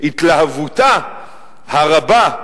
בהתלהבותה הרבה,